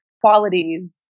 qualities